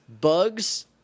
Bugs